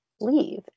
leave